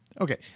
Okay